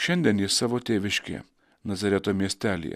šiandien jis savo tėviškėje nazareto miestelyje